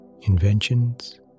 inventions